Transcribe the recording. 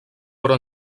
però